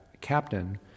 captain